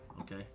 Okay